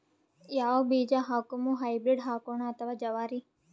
ಯಾವ ಬೀಜ ಹಾಕುಮ, ಹೈಬ್ರಿಡ್ ಹಾಕೋಣ ಅಥವಾ ಜವಾರಿ?